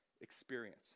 experience